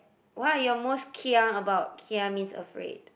what are you most kia about kia means afraid